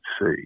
see